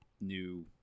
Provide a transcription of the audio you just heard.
new